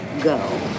go